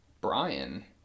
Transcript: Brian